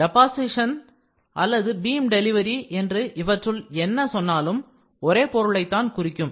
deposition season அல்லது beam delivery என்று இவற்றுள் என்ன சொன்னாலும் ஒரே பொருளைத்தான் குறிக்கும்